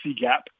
gap